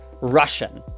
Russian